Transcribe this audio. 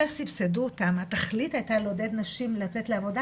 וכשסבסדו אותם התכלית הייתה לעודד נשים לצאת לעבודה,